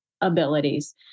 abilities